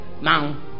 Now